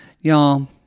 y'all